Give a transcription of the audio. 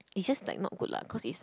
it's just like not good lah cause it's